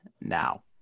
now